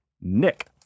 Nick